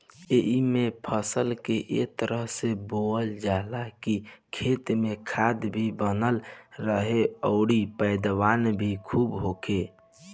एइमे फसल के ए तरह से बोअल जाला की खेत में खाद भी बनल रहे अउरी पैदावार भी खुब होखे